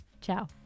Ciao